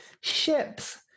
ships